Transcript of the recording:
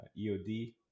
EOD